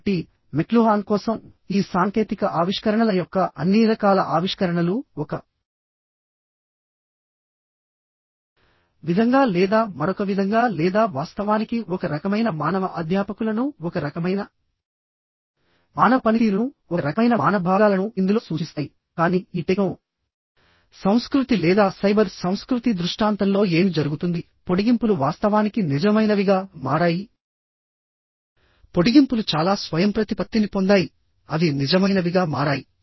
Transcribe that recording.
కాబట్టి మెక్లుహాన్ కోసం ఈ సాంకేతిక ఆవిష్కరణల యొక్క అన్ని రకాల ఆవిష్కరణలు ఒక విధంగా లేదా మరొక విధంగా లేదా వాస్తవానికి ఒక రకమైన మానవ అధ్యాపకులను ఒక రకమైన మానవ పనితీరును ఒక రకమైన మానవ భాగాలను ఇందులో సూచిస్తాయి కానీ ఈ టెక్నో సంస్కృతి లేదా సైబర్ సంస్కృతి దృష్టాంతంలో ఏమి జరుగుతుంది పొడిగింపులు వాస్తవానికి నిజమైనవిగా మారాయిపొడిగింపులు చాలా స్వయంప్రతిపత్తిని పొందాయి అవి నిజమైనవిగా మారాయి